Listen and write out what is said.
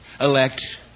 elect